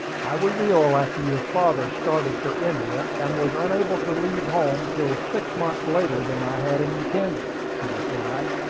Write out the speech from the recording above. i was ill after your father started for india, and was unable to leave home till six months later than i had intended, he replied.